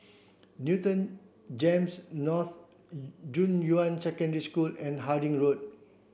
Newton GEMS North Junyuan Secondary School and Harding Road